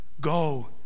Go